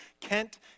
Kent